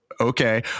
Okay